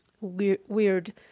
weird